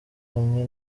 hamwe